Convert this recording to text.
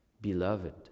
Beloved